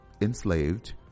enslaved